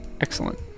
Excellent